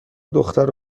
دختر